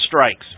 strikes